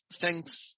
thanks